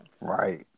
Right